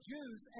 Jews